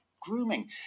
Grooming